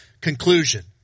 conclusion